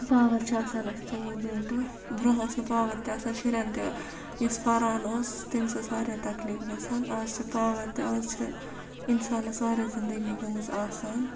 power چھُ آسان اَسہِ ژوٚوُہ گٲنٛٹہٕ برونٛہہ اوس نہٕ پاوَر تہِ آسان شُرٮ۪ن تہِ یُس پَران اوس تٔمِس ٲسۍ واریاہ تکلیٖف گژھان آز چھُ پاوَر تہِ آز چھِ اِنسانَس واریاہ زندگی گٔمٕژ آسان